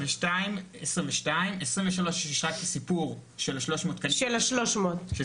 2022. 2023 יש רק את הסיפור של ה-300 תקנים שזו עובדה.